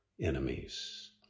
enemies